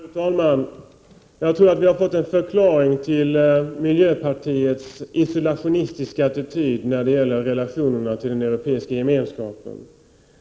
Fru talman! Jag tror att vi har fått en förklaring till miljöpartiets isolationistiska attityd när det gäller relationerna till den europeiska gemenskapen.